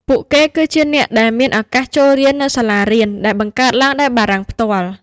ពួកគេគឺជាអ្នកដែលមានឱកាសចូលរៀននៅសាលារៀនដែលបង្កើតឡើងដោយបារាំងផ្ទាល់។